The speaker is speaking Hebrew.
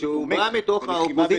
לחימה בטרור.